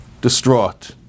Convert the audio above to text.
distraught